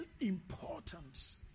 importance